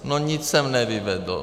No nic jsem nevyvedl.